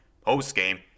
post-game